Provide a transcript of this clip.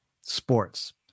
sports